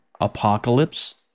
Apocalypse